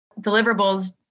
deliverables